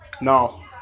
No